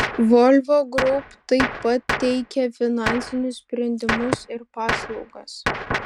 volvo group taip pat teikia finansinius sprendimus ir paslaugas